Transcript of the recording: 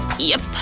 yep,